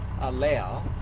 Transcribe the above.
allow